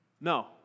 No